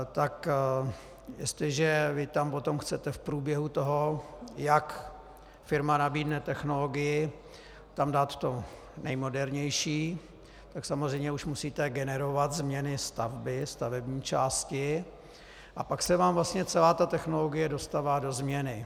Tak jestliže vy tam potom chcete v průběhu toho, jak firma nabídne technologii, tam dát to nejmodernější, tak samozřejmě už musíte generovat změny stavby, stavební části, a pak se vám vlastně celá ta technologie dostává do změny.